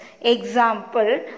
Example